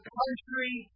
country